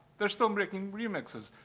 they're still making remixes.